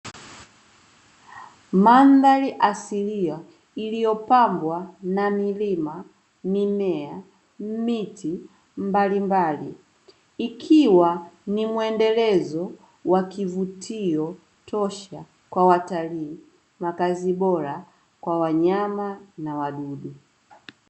Mandhari asilia iliyopambwa na milima, mimea, miti mbalimbali; ikiwa ni muendelezo wa kivutio tosha kwa watalii, makazi bora kwa wanyama na wadudu.